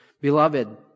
Beloved